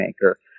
maker